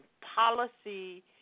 policy